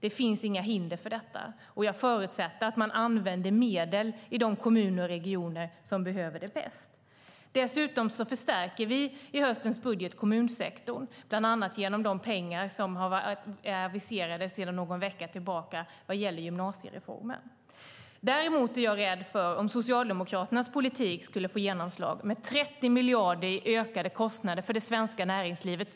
Det finns inga hinder för detta, och jag förutsätter att man använder medel i de kommuner och regioner som behöver det bäst. Dessutom förstärker vi i höstens budget kommunsektorn, bland annat genom de pengar som är aviserade sedan någon vecka tillbaka vad gäller gymnasiereformen. Däremot är jag rädd om Socialdemokraternas politik skulle få genomslag. Det är 30 miljarder i ökade kostnader för det svenska näringslivet.